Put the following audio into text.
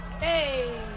Hey